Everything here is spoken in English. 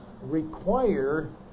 require